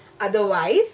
Otherwise